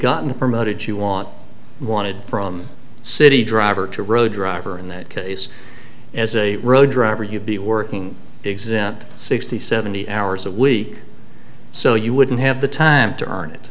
gotten promoted you want wanted from city driver to road driver in that case as a road driver you'd be working exempt sixty seventy hours a week so you wouldn't have the time to earn it